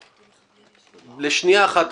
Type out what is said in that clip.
אפילו לשנייה אחת,